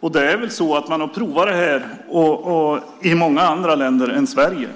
Man har väl provat detta i många andra länder än Sverige.